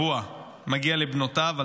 לפחות פעם בשבוע הוא מגיע לבנותיו על